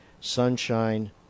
Sunshine